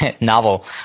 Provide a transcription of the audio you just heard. novel